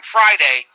Friday